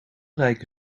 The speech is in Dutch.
rijke